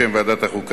בשם ועדת החוקה,